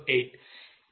008